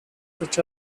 such